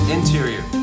Interior